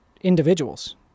individuals